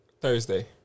Thursday